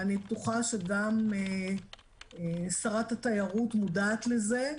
אני בטוחה שגם שרת התיירות מודעת לזה,